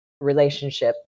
relationship